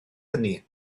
hynny